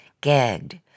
gagged